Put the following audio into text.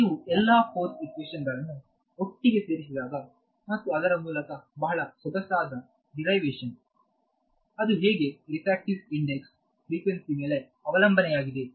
ನೀವು ಎಲ್ಲಾ force equation ಗಳನ್ನು ಒಟ್ಟಿಗೆ ಸೇರಿಸಿದಾಗ ಮತ್ತು ಅದರ ಮೂಲಕ ಬಹಳ ಸೊಗಸಾದ ಡಿರೈವೆಶನ್ ಅದು ಹೇಗೆ ರಿಫ್ರಾಕ್ಟಿವ್ ಇಂದೆಕ್ಸ್ ಫ್ರಿಕ್ವೆನ್ಸಿ ಮೇಲೆ ಅವಲಂಬನೆಯಾಗಿದೆ ಎಂದು